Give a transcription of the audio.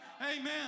amen